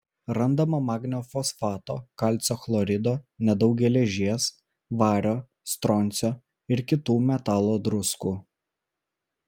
randama magnio fosfato kalcio chlorido nedaug geležies vario stroncio ir kitų metalo druskų